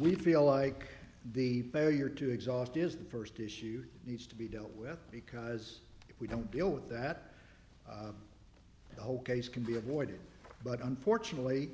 we feel like the failure to exhaust is the first issue needs to be dealt with because if we don't deal with that the whole case can be avoided but unfortunately